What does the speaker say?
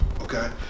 Okay